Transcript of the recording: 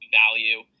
value